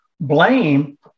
blame